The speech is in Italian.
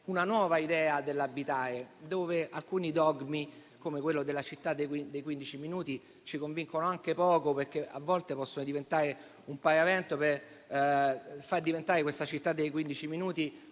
una nuova idea dell'abitare. Alcuni dogmi, come quello della città dei quindici minuti, ci convincono anche poco, perché a volte possono diventare un paravento per far diventare quella città e i